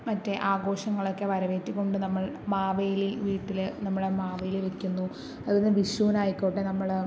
മറ്റ് ആഘോഷങ്ങളൊക്കെ വരവേറ്റിക്കൊണ്ട് നമ്മൾ മാവേലി വീട്ടില് നമ്മുടെ മാവേലിയെ വെക്കുന്നു അതുപോലെ വിഷുവിന് ആയിക്കോട്ടെ നമ്മള്